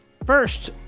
First